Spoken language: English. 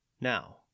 Now